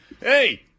Hey